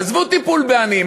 עזבו טיפול בעניים,